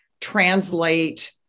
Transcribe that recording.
translate